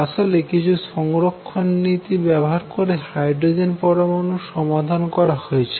আসলে কিছু সংরক্ষণ নীতি ব্যাবহার করে হাইড্রোজেন পরমানু সমাধান করা হয়েছিল